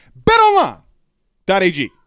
Betonline.ag